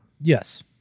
Yes